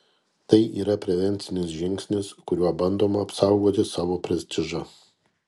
tai yra prevencinis žingsnis kuriuo bandoma apsaugoti savo prestižą